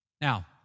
Now